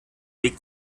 weg